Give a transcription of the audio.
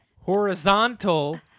Horizontal